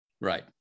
Right